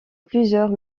plusieurs